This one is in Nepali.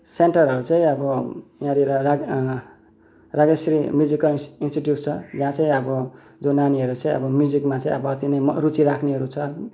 सेन्टरहरू चाहिँ अब यहाँनिर राज राज्यश्री म्युजिकल इन्स्टिट्युट छ जहाँ चाहिँ अब जो नानीहरू चाहिँ अब म्युजिकमा चाहिँ अब अति नै म रुचि राख्नेहरू छन्